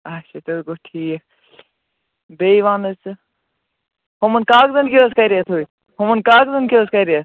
اَچھا تیٚلہِ گوٚو ٹھیٖک بیٚیہِ وَن حظ ژٕ ہُمَن کاغذَن کیٛاہ حظ کَریتھ ہُمَن کاغذَن کیٛاہ حظ کَریتھ